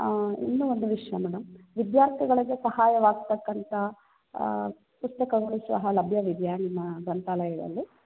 ಇನ್ನು ಒಂದು ವಿಷಯ ಮೇಡಮ್ ವಿದ್ಯಾರ್ಥಿಗಳಿಗೆ ಸಹಾಯವಾಗ್ತಕ್ಕಂತಹ ಪುಸ್ತಕಗಳು ಸಹ ಲಭ್ಯವಿದೆಯಾ ನಿಮ್ಮ ಗ್ರಂಥಾಲಯದಲ್ಲಿ